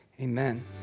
Amen